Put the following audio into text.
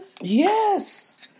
Yes